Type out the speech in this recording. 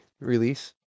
release